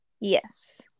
Yes